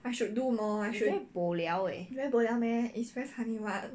you very boliao leh